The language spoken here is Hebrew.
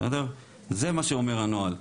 זה מה שאומר הנוהל.